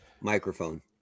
microphone